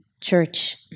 church